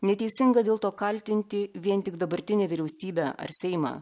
neteisinga dėl to kaltinti vien tik dabartinę vyriausybę ar seimą